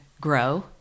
grow